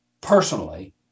personally